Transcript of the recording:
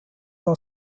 war